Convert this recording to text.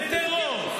לטרור,